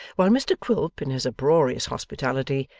while mr quilp, in his uproarious hospitality,